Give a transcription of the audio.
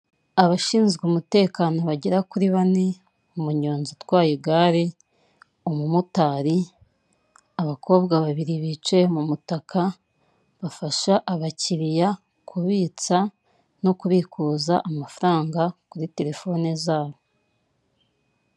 Imitaka myinshi igiye itandukanye harimo imitaka itukura ya eyateri ndetse n'uw'icyatsi wa infinigisi imbere yaho hakaba hateretse akabati gacururizwaho, amarinite imbere y'aho hakaba abantu benshi batandukanye harimo uwambaye ijiri ya emutiyene, isa umuhondo hakurya y'aho hakaba hari inzu iriho y'icyapa cya eyateri.